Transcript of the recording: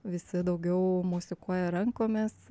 visi daugiau mosikuoja rankomis